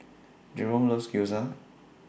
Jeromy loves Gyoza